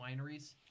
wineries